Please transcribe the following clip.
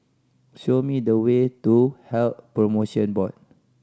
show me the way to Health Promotion Board